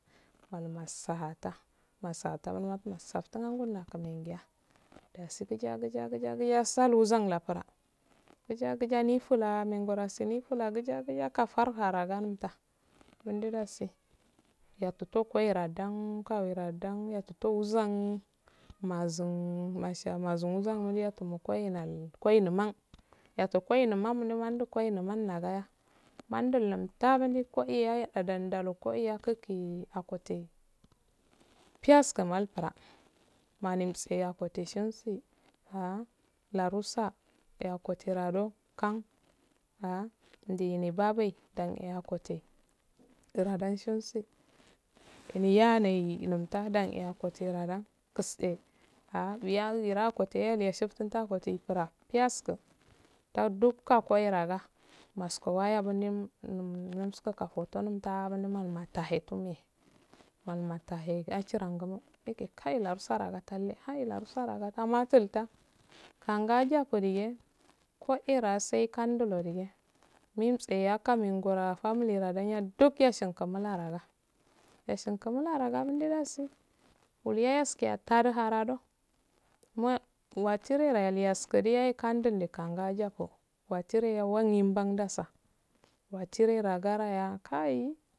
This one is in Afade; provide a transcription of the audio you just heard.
Malum masaha tan malu masaftin an gol menki ya dasi gija gija giija sal wuzan lapara gija gija gija ndifla men gurasi nifula gija gija kafarhara gamta num no dasi yotuto koira dan kawr dan yatutou zan mazin masha zamn wuzan mulya temocoinal koi numan yato koi numan mandu koinuman nagaya mandun numta kodiya adandalu kodiha adanlalu koiya kuti akote piyask mal fura moni mtse e akote tsensi ah larusa e akonterado kan ali sai babaye dan e akote gradan shensi yey yanaye numta dane akote dan kusde ah biya akoteyo elu yeshiftin to akote yifuura piyasku ta dukka koiraga masko waya junim num numskoka ta malam matahe tume malum matehe yachiranguma matahe tume malum matahe yachrau guma like kai yatchiro gatalle hai torusa ra gatal matul ta ka ngajako dige koera sai kaunnadige mintse yakafomchroga duk yeshin mula raga yeshinga mula raga do dasi wulu yayaski yahe fadi harado m watirye yahe lugaskudiya e yera his kudu yaye kandidi kanjako watireyo wandi dandasa watire ragaraya kai